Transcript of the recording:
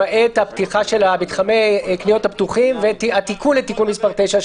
למעט הפתיחה של מתחמי הקניות הפתוחים והתיקון לתיקון מס' 9,